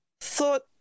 thought